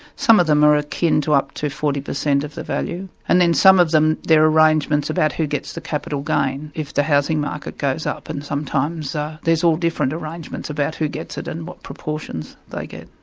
some of them are akin to up to forty percent of the value, and then some of them, there are arrangements about who gets the capital gain if the housing market goes up, and sometimes there's all different arrangements about who gets it, and what proportions they get.